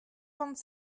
vingt